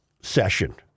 session